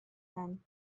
then